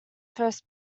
first